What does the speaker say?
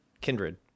Kindred